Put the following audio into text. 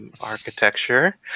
architecture